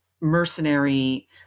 mercenary